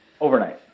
overnight